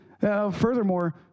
Furthermore